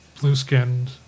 blue-skinned